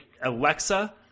Alexa